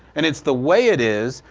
and it's the way it is,